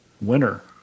winner